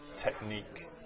technique